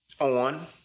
on